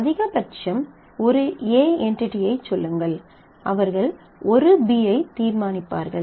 அதிகபட்சம் ஒரு A என்டிடியயைச் சொல்லுங்கள் அவர்கள் ஒரு B ஐத் தீர்மானிப்பார்கள்